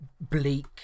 bleak